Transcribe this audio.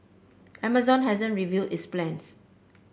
Amazon hasn't revealed its plans